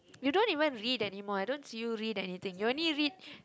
you don't even read anymore I don't see you read anything you only read